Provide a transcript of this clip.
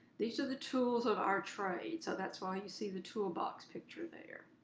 these are the tools of our trade so that's why you see the toolbox picture there.